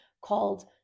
called